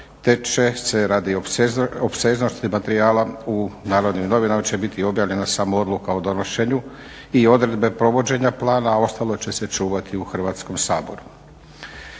te će se radi opsežnosti materijala u Narodnim novinama će biti objavljena samo odluka o donošenju i odredbe provođenja plana, a ostalo će se čuvati u Hrvatskom saboru,